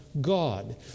God